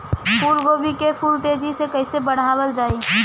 फूल गोभी के फूल तेजी से कइसे बढ़ावल जाई?